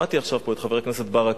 שמעתי עכשיו פה את חבר הכנסת ברכה.